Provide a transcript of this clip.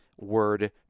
word